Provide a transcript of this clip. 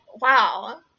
wow